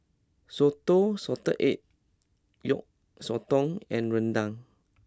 Soto Salted Egg Yolk Sotong and Rendang